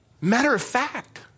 matter-of-fact